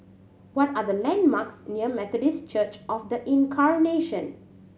what are the landmarks near Methodist Church Of The Incarnation